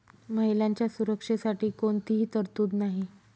महिलांच्या सुरक्षेसाठी कोणतीही तरतूद नाही